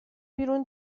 بیرون